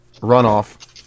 runoff